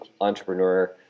entrepreneur